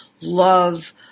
love